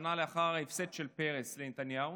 שנה לאחר ההפסד של פרס לנתניהו.